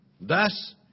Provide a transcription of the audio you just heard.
Thus